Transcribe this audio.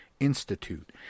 Institute